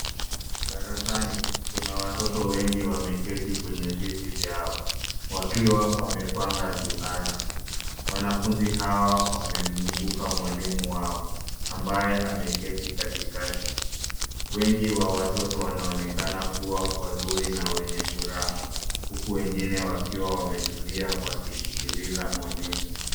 Darasani kuna watoto wengi wameketi kwenye viti vyao, wakiwa wamepanga duara. Wanafunzi hawa wamemzunguka mwalimu wao, ambaye ameketi katikati. Wengi wa watoto wanaonekana kuwa wazuri na wenye furaha, huku wengine wakiwa wametulia wakisikiliza mwalimu.